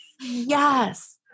Yes